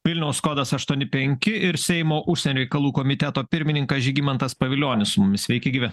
vilniaus kodas aštuoni penki ir seimo užsienio reikalų komiteto pirmininkas žygimantas pavilionis sveiki gyvi